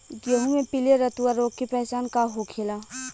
गेहूँ में पिले रतुआ रोग के पहचान का होखेला?